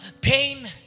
pain